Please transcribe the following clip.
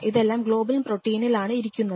ഇതെല്ലാം ഗ്ലോബിൻ പ്രോട്ടീനിലാണ് ഇരിക്കുന്നത്